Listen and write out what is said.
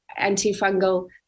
antifungal